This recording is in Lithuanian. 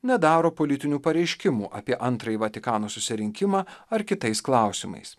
nedaro politinių pareiškimų apie antrąjį vatikano susirinkimą ar kitais klausimais